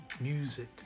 music